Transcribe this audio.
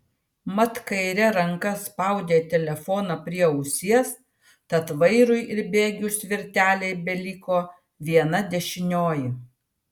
mat kaire ranka spaudė telefoną prie ausies tad vairui ir bėgių svirtelei beliko viena dešinioji